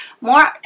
more